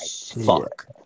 Fuck